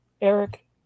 Eric